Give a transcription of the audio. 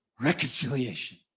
Reconciliation